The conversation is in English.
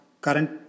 current